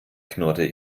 knurrte